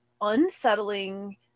unsettling